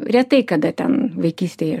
retai kada ten vaikystėj